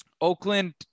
Oakland